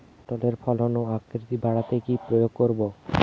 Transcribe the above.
পটলের ফলন ও আকৃতি বাড়াতে কি প্রয়োগ করব?